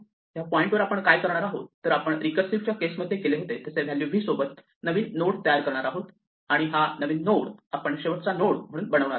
या पॉईंटवर आपण काय करणार आहोत तर आपण रीकर्सिव च्या केस मध्ये केले होते तसे व्हॅल्यू v सोबत नवीन नोड करणार आहोत आणि हा नवीन नोड आपण शेवटचा नोड म्हणून बनवणार आहोत